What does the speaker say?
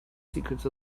secrets